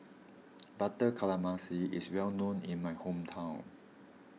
Butter is well known in my hometown